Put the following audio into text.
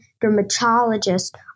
dermatologist